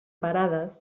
parades